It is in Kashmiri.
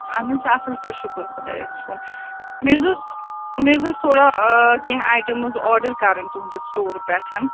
اَہن حظ اَصٕل پٲٹھۍ شُکُر خۄدایَس کُن مےٚ حظ اوس مےٚ حظ اوس تھوڑا کیٚنٛہہ آیٹَمٕز آرڈَر کَرٕنۍ تُہٕنٛدِ سِٹور پٮ۪ٹھ